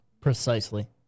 Precisely